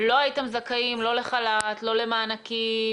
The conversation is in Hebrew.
לא הייתם זכאים לחל"ת, לא למענקים